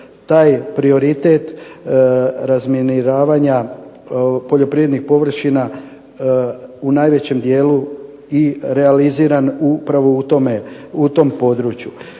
taj prioritet razminiravanja poljoprivrednih površina u najvećim dijelu realiziran upravo u tom području.